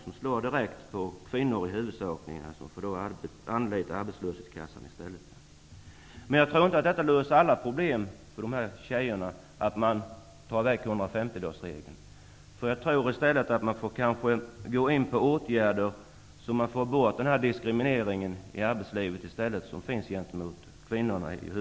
Detta slår huvudsakligen direkt mot kvinnorna, som i stället måste anlita arbetslöshetskassorna. Men jag tror inte att borttagandet av 150-dagarsregeln löser alla problem för dessa tjejer. Jag tror att man måste vidta åtgärder för att få bort den diskriminering i arbetslivet, som i huvudsak rör kvinnorna.